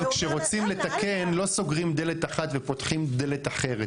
כשרוצים לתקן לא סוגרים דלת אחת ופותחים דלת אחרת.